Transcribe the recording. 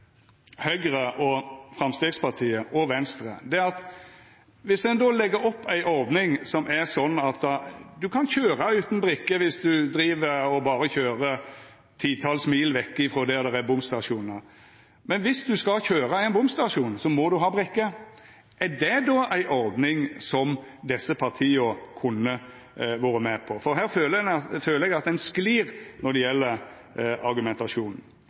Høgre, Framstegspartiet og Venstre: Viss ein legg opp til ei ordning som er sånn at ein kan køyra utan brikke viss ein køyrer berre titals mil vekk frå der det er bomstasjonar, men at dersom ein skal køyra gjennom ein bomstasjon, må ein ha brikke – er det ei ordning som desse partia kunne ha vore med på? For her føler eg at ein sklir når det gjeld argumentasjonen.